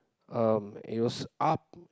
um it was up